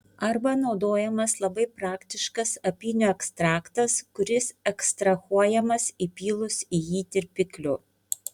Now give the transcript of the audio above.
arba naudojamas labai praktiškas apynių ekstraktas kuris ekstrahuojamas įpylus į jį tirpiklių